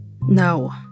No